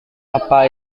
apa